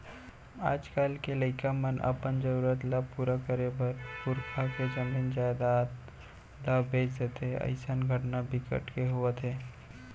आजकाल के लइका मन अपन जरूरत ल पूरा करे बर पुरखा के जमीन जयजाद ल बेच देथे अइसन घटना बिकट के होवत हे